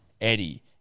Eddie